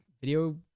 video